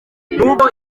nubwo